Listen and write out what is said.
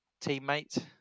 teammate